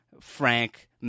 Frank